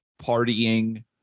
partying